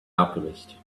alchemist